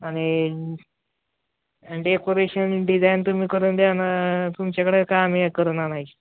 आणि decoration design तुम्ही करून द्याल तुमच्याकडे का आम्ही करून आणायची